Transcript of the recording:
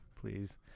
Please